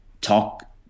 talk